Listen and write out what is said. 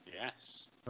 Yes